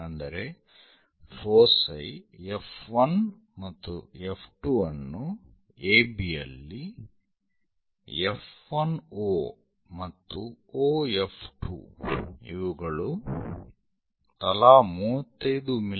ಅಂದರೆ ಫೋಸೈ F1 ಮತ್ತು F2 ಅನ್ನು AB ಯಲ್ಲಿ F1O ಮತ್ತು OF2 ಇವುಗಳು ತಲಾ 35 ಮಿ